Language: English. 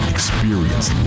Experience